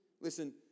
listen